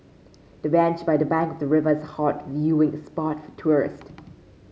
the bench by the bank of the river is hot viewing spot for tourists